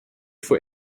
for